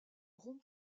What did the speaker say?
rond